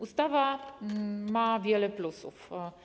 Ustawa ma wiele plusów.